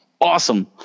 Awesome